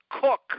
Cook